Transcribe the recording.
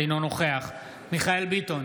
אינו נוכח מיכאל ביטון